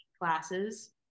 classes